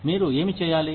మీరు ఏమి చేయాలి